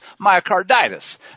myocarditis